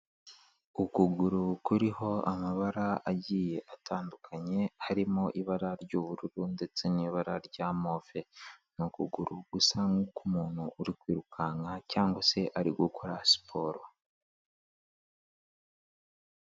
Ukuguru kuriho amabara agiye atandukanye, harimo ibara ry'ubururu ndetse n'ibara rya move, ni ukuguru gusa nk'uk'umuntu uri kwirukanka cyangwa se ari gukora siporo.